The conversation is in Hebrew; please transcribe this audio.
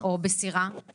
או בסירה,